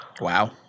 Wow